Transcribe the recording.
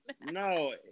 No